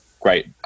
great